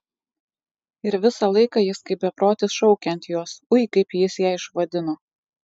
ir visą laiką jis kaip beprotis šaukia ant jos ui kaip jis ją išvadino